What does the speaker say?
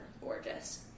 gorgeous